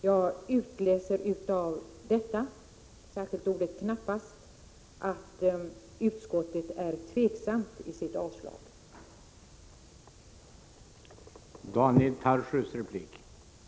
Jag utläser ur detta — särskilt av ordet ”knappast” — att utskottet är tveksamt i sitt avslagsyrkande.